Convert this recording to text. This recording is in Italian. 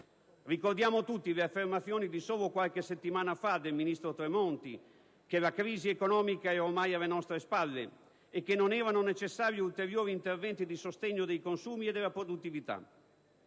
Ricordiamo tutti le affermazioni, risalenti solo a qualche settimana fa, del ministro Tremonti secondo le quali la crisi economica era ormai alle nostre spalle e non erano necessari ulteriori interventi di sostegno dei consumi e della produttività.